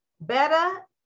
Better